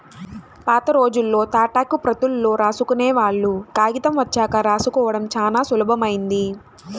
పాతరోజుల్లో తాటాకు ప్రతుల్లో రాసుకునేవాళ్ళు, కాగితం వచ్చాక రాసుకోడం చానా సులభమైంది